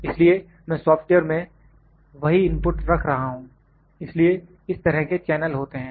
इसलिए मैं सॉफ्टवेयर में वही इनपुट रख रहा हूं इसलिए इस तरह के चैनल होते हैं